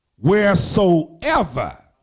Wheresoever